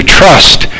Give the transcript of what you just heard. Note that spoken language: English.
trust